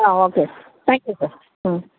okay thank you sir